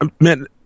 man